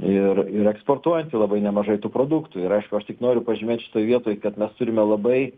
ir ir eksportuojanti labai nemažai tų produktų yra aišku aš tik noriu pažymėt šitoj vietoj kad mes turime labai